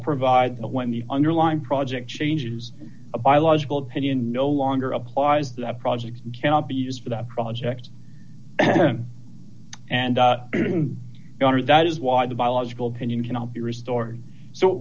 provide when the underlying project changes a biological opinion no longer applies the project cannot be used for the project and that is why the biological caon cannot be restored so